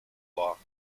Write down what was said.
law